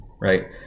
right